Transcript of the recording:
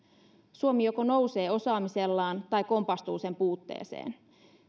suomi joko nousee osaamisellaan tai kompastuu sen puutteeseen